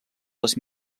les